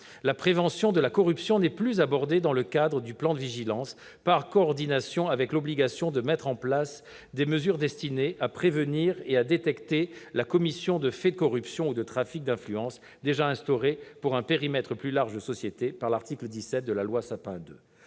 la prévention de la corruption n'est plus abordée dans le cadre du plan de vigilance, par coordination avec l'obligation de mettre en place des mesures destinées à prévenir et à détecter la commission de faits de corruption ou de trafic d'influence, déjà instaurée, pour un périmètre plus large de sociétés, par l'article 17 de la loi Sapin II.